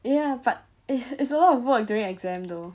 ya but it's it's a lot of work during exam though